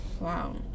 wow